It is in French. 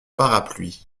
parapluie